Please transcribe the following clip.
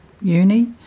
uni